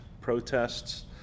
protests